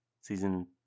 Season